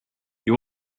you